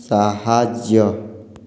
ସାହାଯ୍ୟ